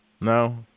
No